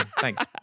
thanks